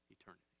eternity